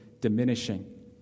diminishing